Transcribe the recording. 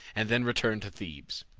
and then returned to thebes.